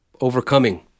overcoming